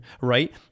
right